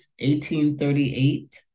1838